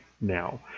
now